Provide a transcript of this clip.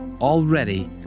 Already